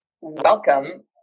Welcome